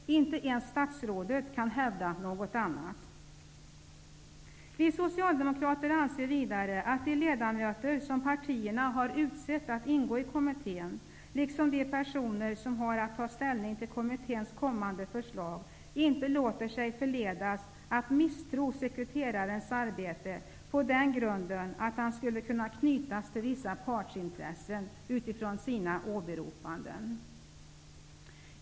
Inte ens statsrådet kan hävda något annat. Vi socialdemokrater anser vidare att de ledamöter som partierna har utsett att ingå i kommittén, liksom de personer som har att ta ställning till kommitténs kommande förslag, inte låter sig förledas att misstro sekreterarens arbete på grund av att han skulle kunna knytas till vissa partsintressen utifrån sina åberopanden.